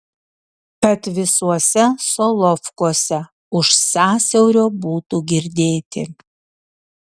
kad visuose solovkuose už sąsiaurio būtų girdėti